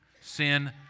Sin